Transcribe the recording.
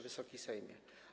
Wysoki Sejmie!